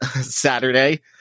Saturday